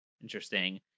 interesting